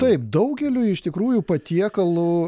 taip daugeliui iš tikrųjų patiekalų